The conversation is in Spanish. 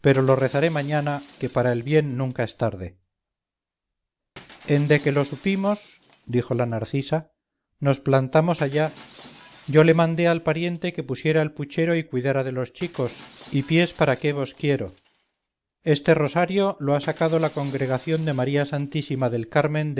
lo rezaré mañana que para el bien nunca es tarde ende que lo supimos dijo la narcisa nos plantamos allá yo le mandé al pariente que pusiera el puchero y cuidara de los chicos y pies para qué vos quiero este rosario lo ha sacado la congregación de maría santísima delcarmen de